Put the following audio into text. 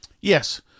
Yes